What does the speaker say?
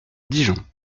dijon